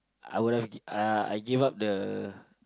I would have give uh I give up the